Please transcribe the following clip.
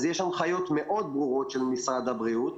אז יש הנחיות מאוד ברורות של משרד הבריאות